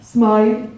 Smile